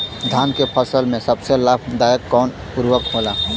धान के फसल में सबसे लाभ दायक कवन उर्वरक होला?